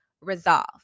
resolve